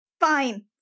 Fine